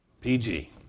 PG